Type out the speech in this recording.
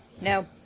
No